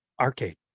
Arcade